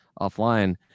offline